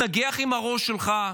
תתנגח עם הראש שלך,